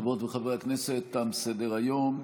חברות וחברי הכנסת, תם סדר-היום.